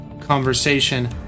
conversation